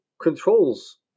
controls